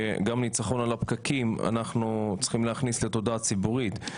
שגם ניצחון על הפקקים אנחנו צריכים להכניס לתודעה הציבורית,